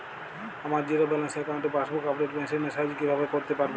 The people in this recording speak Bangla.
আমার জিরো ব্যালেন্স অ্যাকাউন্টে পাসবুক আপডেট মেশিন এর সাহায্যে কীভাবে করতে পারব?